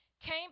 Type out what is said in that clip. came